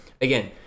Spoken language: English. again